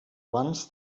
abans